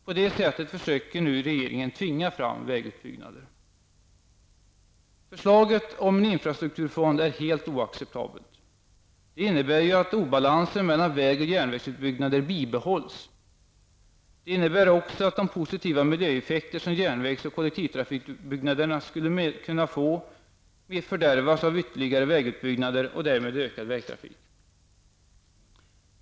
På det sättet försöker regeringen tvinga fram vägutbyggnader. Förslaget om en infrastrukturfond är helt oacceptabelt. Det innebär ju att obalansen mellan väg och järnvägsutbyggnader bibehålls. Det innebär också att de positiva miljöeffekter som järnvägs och kollektivtrafikutbyggnaderna skulle kunna få fördärvas av ytterligare vägutbyggnader och därmed ökad vägtrafik.